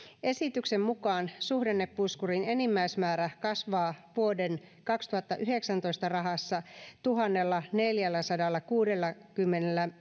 esityksen mukaan suhdannepuskurin enimmäismäärä kasvaa vuoden kaksituhattayhdeksäntoista rahassa tuhannestaneljästäsadastakuudestakymmenestä